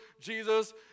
Jesus